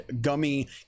gummy